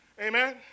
Amen